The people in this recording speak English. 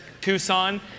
Tucson